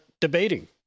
debating